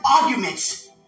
arguments